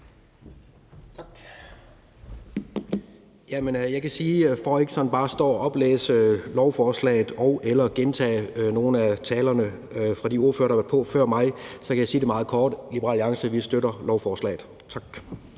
Meilvang (LA): Tak. For ikke bare at stå og oplæse lovforslaget og/eller gentage nogle af talerne fra de ordførere, der har været på før mig, kan jeg sige det meget kort: Liberal Alliance støtter lovforslaget. Tak.